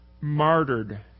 martyred